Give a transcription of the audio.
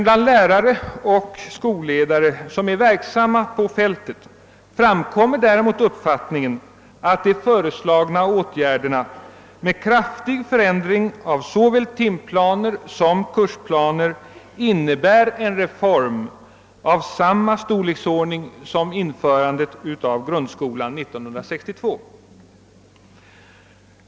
Bland lärare och skolledare, som är verksamma på fältet, förekommer däremot uppfattningen att de föreslagna åtgärderna med kraftig förändring av såväl timplaner som kursplaner innebär en reform av samma storleksordning som införandet av grundskolan 1962.